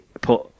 put